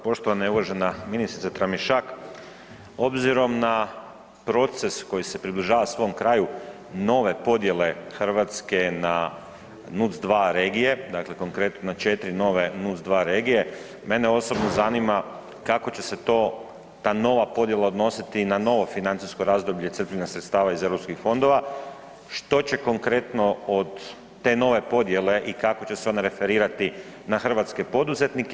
Poštovana i uvažena ministrice Tramišak, obzirom na proces koji se približava svom kraju nove podjele Hrvatske na NUTS 2 regije, dakle konkretno na 4 nove NUTS 2 regije, mene osobno zanima kako će se to, ta nova podjela odnositi na novo financijsko razdoblje crpljena sredstava iz EU fondova, što će konkretno od te nove podjele i kako će se one referirati na hrvatske poduzetnike?